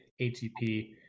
ATP